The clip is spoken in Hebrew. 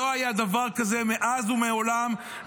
לא היה דבר כזה מאז ומעולם.